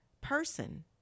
person